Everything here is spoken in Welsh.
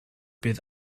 bydd